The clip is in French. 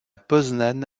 poznań